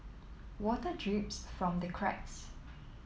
water drips from the cracks